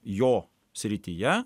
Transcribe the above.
jo srityje